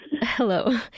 hello